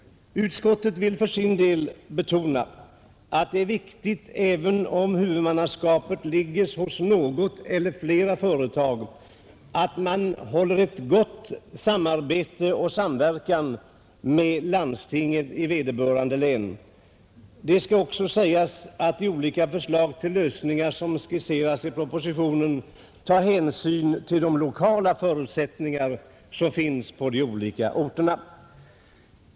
Utskottet vill för sin del betona, att det är viktigt även om huvudmannaskapet ligger hos något eller flera företag att man har ett gott samarbete och samverkan med landstinget i vederbörande län. Det skall också sägas att de olika förslag till lösningar som skisserats i propositionen tar hänsyn till de lokala förutsättningar som finns på de olika orterna.